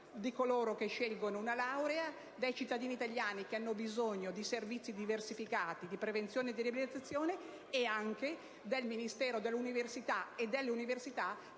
di coloro che scelgono una laurea, dei cittadini italiani che hanno bisogno di servizi diversificati di prevenzione e di riabilitazione, e anche del Ministero dell'istruzione, dell'università